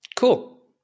Cool